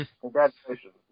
Congratulations